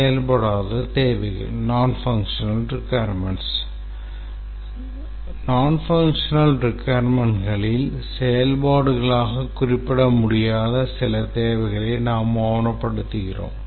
செயல்படாத தேவைகளில் செயல்பாடுகளாக குறிப்பிட முடியாத சில தேவைகளை நாம் ஆவணப்படுத்துகிறோம்